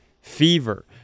fever